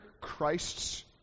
Christ's